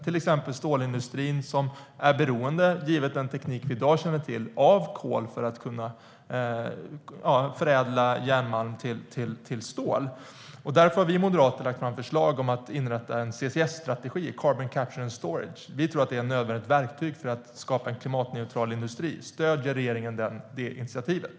Till exempel är stålindustrin med den teknik vi i dag känner till beroende av kol för förädling av järnmalm till stål. Därför har vi moderater lagt fram förslag om att inrätta en strategi för CCS, carbon capture and storage. Vi tror att det är ett nödvändigt verktyg för att skapa en klimatneutral industri. Stöder regeringen det initiativet?